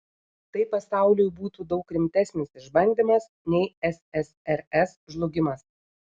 tai pasauliui būtų daug rimtesnis išbandymas nei ssrs žlugimas